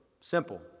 Simple